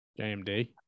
JMD